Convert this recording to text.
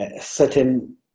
certain